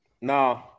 no